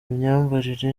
imyambarire